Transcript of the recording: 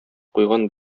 куйган